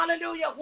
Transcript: hallelujah